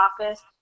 office